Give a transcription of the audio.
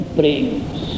brings